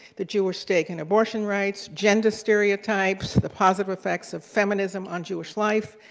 the jewish stake in abortion rights, gender stereotypes, the positive affects of feminism on jewish life,